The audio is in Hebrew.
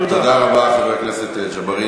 תודה רבה, חבר הכנסת ג'בארין.